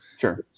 Sure